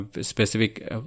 specific